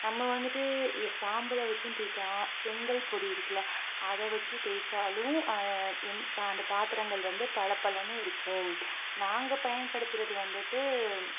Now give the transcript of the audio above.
நம்ம வந்துட்டு இ சாம்பலை வச்சும் தேய்க்கலாம் செங்கல் பொடி இருக்குதுல அதை வச்சு தேய்ச்சாலும் எண் அந்த பாத்திரங்கள் வந்து பளபளன்னு இருக்கும் நாங்கள் பயன்படுத்துகிறது வந்துட்டு